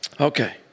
Okay